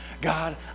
God